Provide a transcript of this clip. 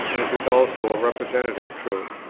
as is also a representative truth.